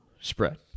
spread